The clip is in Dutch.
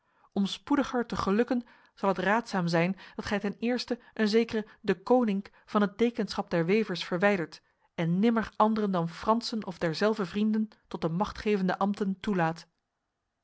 om spoediger te gelukken zal het raadzaam zijn dat gij ten eerste een zekere deconinck van het dekenschap der wevers verwijdert en nimmer anderen dan fransen of derzelver vrienden tot de machtgevende ambten toelaat